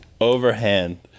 overhand